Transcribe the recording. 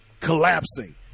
collapsing